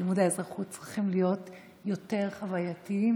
שלימודי האזרחות צריכים להיות יותר חווייתיים.